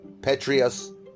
Petrius